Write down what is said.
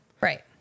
Right